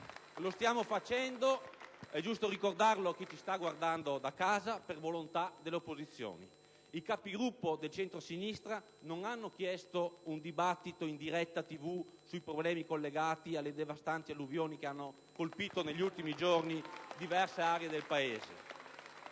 Lo stiamo facendo - è giusto ricordarlo a chi ci sta guardando da casa - per volontà delle opposizioni. I Capigruppo del centrosinistra non hanno chiesto un dibattito in diretta televisiva sui problemi collegati alle devastanti alluvioni che hanno colpito negli ultimi giorni diverse aree del Paese.